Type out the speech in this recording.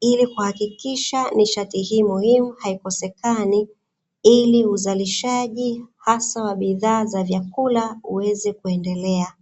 ili kuhakikisha uzalishaji hasa wa bidhaa za vyakula uweze kuendelea